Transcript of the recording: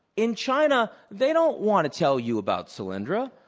n china, they don't want to tell you about solyndra.